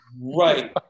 Right